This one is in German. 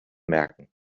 merken